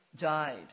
died